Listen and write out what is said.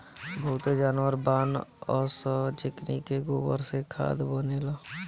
बहुते जानवर बानअ सअ जेकनी के गोबर से खाद बनेला